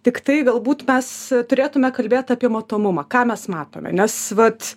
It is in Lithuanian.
tiktai galbūt mes turėtume kalbėt apie matomumą ką mes matome nes vat